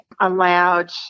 allowed